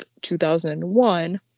2001